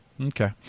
Okay